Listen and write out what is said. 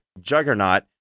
juggernaut